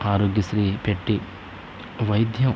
ఆరోగ్యశ్రీ పెట్టి వైద్యం